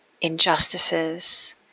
injustices